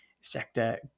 sector